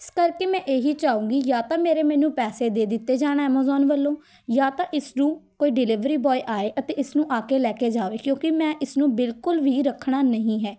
ਇਸ ਕਰਕੇ ਮੈਂ ਇਹੀ ਚਾਹਾਂਗੀ ਜਾਂ ਤਾਂ ਮੇਰੇ ਮੈਨੂੰ ਪੈਸੇ ਦੇ ਦਿੱਤੇ ਜਾਣ ਐਮਾਜ਼ੋਨ ਵੱਲੋਂ ਜਾਂ ਤਾਂ ਇਸਨੂੰ ਕੋਈ ਡਿਲੀਵਰੀ ਬੋਆਏ ਆਏ ਅਤੇ ਇਸ ਨੂੰ ਆ ਕੇ ਲੈ ਕੇ ਜਾਵੇ ਕਿਉਂਕਿ ਮੈਂ ਇਸਨੂੰ ਬਿਲਕੁਲ ਵੀ ਰੱਖਣਾ ਨਹੀਂ ਹੈ